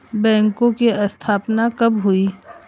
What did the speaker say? बैंकों की स्थापना कब हुई?